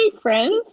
friends